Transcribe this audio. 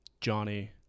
Johnny